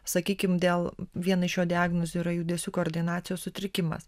sakykim dėl viena iš jo diagnozių yra judesių koordinacijos sutrikimas